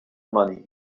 money